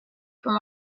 from